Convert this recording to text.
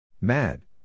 Mad